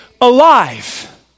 alive